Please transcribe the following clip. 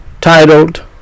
titled